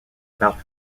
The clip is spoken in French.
parc